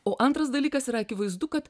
o antras dalykas yra akivaizdu kad